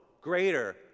greater